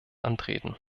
antreten